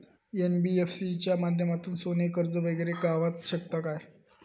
NBFC च्या माध्यमातून सोने कर्ज वगैरे गावात शकता काय?